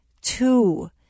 two